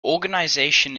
organisation